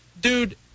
dude